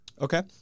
Okay